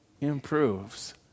improves